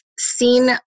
seen